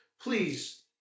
please